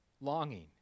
longing